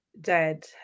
dead